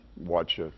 watch